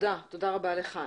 תודה רבה לך.